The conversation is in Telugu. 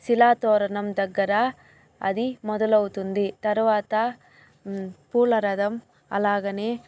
శిలాతోరణం దగ్గర అది మొదలవుతుంది తరువాత పూలరథం అలాగని